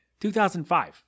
2005